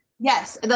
Yes